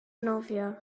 nofio